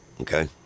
Okay